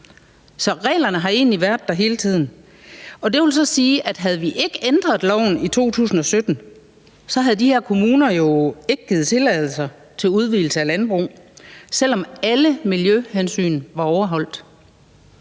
Så reglerne har egentlig været der hele tiden, og det vil så sige, at havde vi ikke ændret loven i 2017, havde de her kommuner jo ikke givet tilladelser til udvidelse af landbrug, selv om alle miljøhensyn var overholdt.